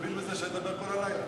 אני מבין מזה שאני אדבר כל הלילה.